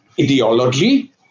ideology